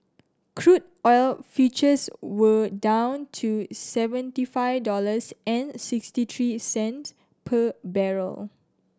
crude oil futures were down to seventy five dollars and sixty three cents per barrel